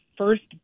first